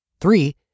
Three